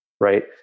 right